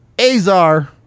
Azar